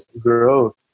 growth